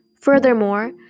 Furthermore